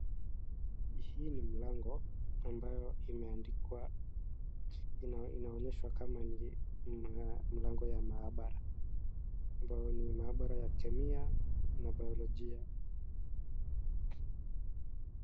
Hii ni mlango ambayo imeandikwa inaonyeshwa kama ni mlango ya maabara ambayo ni maabara ya kemia na biolojia.